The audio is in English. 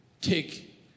take